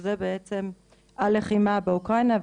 שזה בעצם תחילת הלחימה באוקראינה,